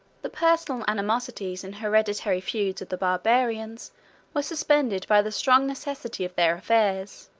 the personal animosities and hereditary feuds of the barbarians were suspended by the strong necessity of their affairs